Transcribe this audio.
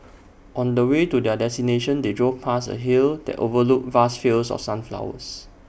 on the way to their destination they drove past A hill that overlooked vast fields of sunflowers